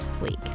week